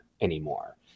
anymore